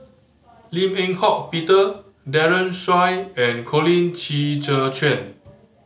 Lim Eng Hock Peter Daren Shiau and Colin Qi Zhe Quan